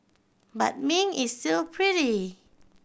but Ming is still pretty